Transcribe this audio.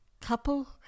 couple